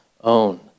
own